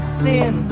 sin